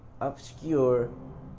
obscure